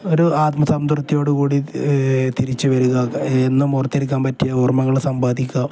ഒരു ആത്മസംതൃപ്തിയോടുകൂടി തിരിച്ചുവരിക എന്നും ഓർത്തിരിക്കാൻ പറ്റിയ ഓർമകള് സമ്പാദിക്കുക